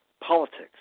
politics